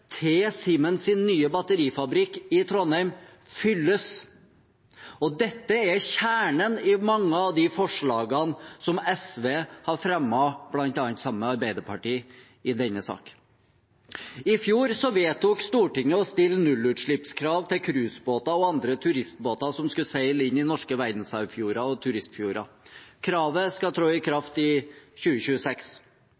nye batterifabrikk i Trondheim fylles. Dette er kjernen i mange av de forslagene som SV har fremmet, bl.a. sammen med Arbeiderpartiet, i denne saken. I fjor vedtok Stortinget å stille nullutslippskrav til cruiseskip og andre turistbåter som skal seile inn i norske verdensarvfjorder og turistfjorder. Kravet skal tre i